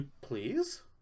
please